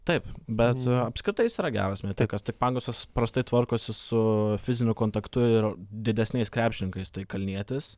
taip bet apskritai jis yra geras metikas tik pangosas prastai tvarkosi su fiziniu kontaktu ir didesniais krepšininkais tai kalnietis